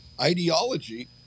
ideology